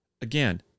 Again